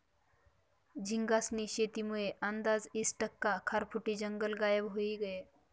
झींगास्नी शेतीमुये आंदाज ईस टक्का खारफुटी जंगल गायब व्हयी गयं